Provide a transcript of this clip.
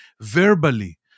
verbally